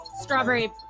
strawberry